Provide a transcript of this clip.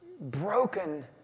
broken